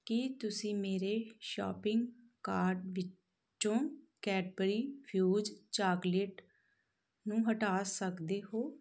ਕੀ ਤੁਸੀਂ ਮੇਰੇ shopping cart ਵਿੱਚੋਂ ਕੈਡਬਰੀ ਫਿਊਜ਼ ਚਾਕਲੇਟ ਨੂੰ ਹਟਾ ਸਕਦੇ ਹੋ